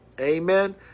Amen